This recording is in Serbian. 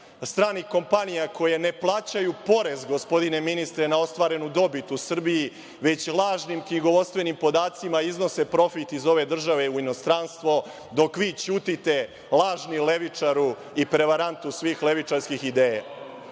stranih kompanija koje ne plaćaju porez, gospodine ministre, na ostvarenu dobit u Srbiji, već lažnim knjigovodstvenim podacima iznose profit iz ove države u inostranstvo, dok vi ćutite, lažni levičaru i prevarantu svih levičarskih ideja.